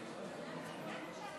תוצאות